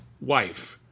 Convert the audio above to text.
wife